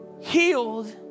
healed